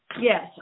Yes